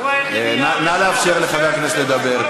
הוא היחיד, נא לאפשר לחבר הכנסת לדבר.